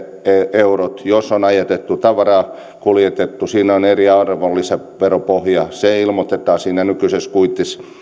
eurot jos on kuljetettu tavaraa siinä on eri arvonlisäveropohja se ilmoitetaan siinä nykyisessä kuitissa